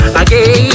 again